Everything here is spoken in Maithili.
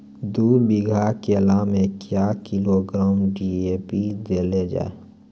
दू बीघा केला मैं क्या किलोग्राम डी.ए.पी देले जाय?